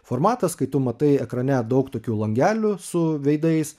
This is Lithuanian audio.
formatas kai tu matai ekrane daug tokių langelių su veidais